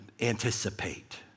anticipate